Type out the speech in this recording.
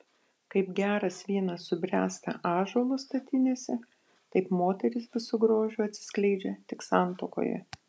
kaip geras vynas subręsta ąžuolo statinėse taip moteris visu grožiu atsiskleidžia tik santuokoje